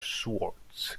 schwartz